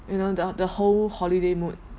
you know the the whole holiday mood